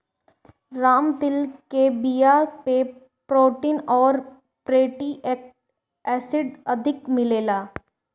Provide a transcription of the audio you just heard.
राम तिल के बिया में प्रोटीन अउरी फैटी एसिड अधिका मिलेला